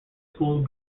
schools